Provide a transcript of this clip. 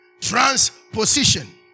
Transposition